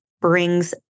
brings